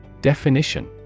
Definition